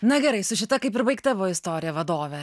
na gerai su šita kaip ir baigta buvo istorija vadove